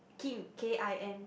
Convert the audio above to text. Kim K_I_M